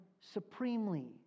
supremely